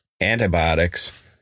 antibiotics